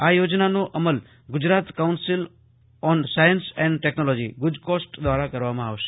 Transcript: આ યોજનાનો અમલ Gujarat council on science and technology ગુજકોસ્ટ દ્વારા કરવામાં આવશે